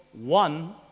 one